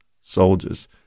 soldiers